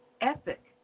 ethic